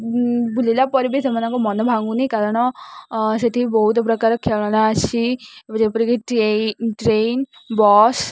ବୁଲିଲା ପରେ ବି ସେମାନଙ୍କ ମନ ଭୋଗୁନି କାରଣ ସେଠି ବହୁତ ପ୍ରକାର ଖେଳନା ଆସିଛି ଯେପରିକି ଟ୍ରେନ୍ ବସ୍